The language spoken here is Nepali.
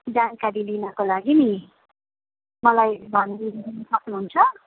जानकारी लिनको लागि नि मलाई भनिदिनु सक्नुहुन्छ